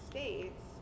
States